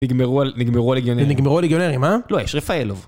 נגמרו הל... נגמרו הליגיונרים. נגמרו הליגיונרים, אה? לא, יש רפאלוב.